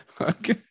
okay